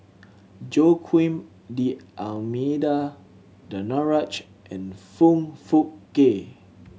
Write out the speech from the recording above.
Joaquim D'Almeida Danaraj and Foong Fook Kay